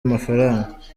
amafaranga